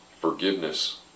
Forgiveness